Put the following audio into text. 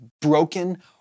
broken